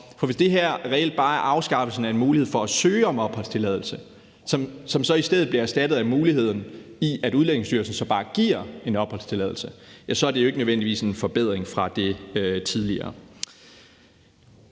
For hvis det her reelt bare er afskaffelsen af en mulighed for at søge om opholdstilladelse, som så i stedet bliver erstattet af muligheden for, at Udlændingestyrelsen så bare giver en opholdstilladelse, så er det jo ikke nødvendigvis en forbedring fra det tidligere.